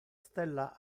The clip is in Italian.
stella